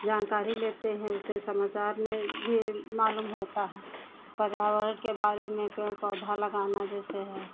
जानकारी लेते हैं उसे समाचार में भी मालूम होता है पर्यावरण के बारे में पेड़ पौधा लगाना जैसे है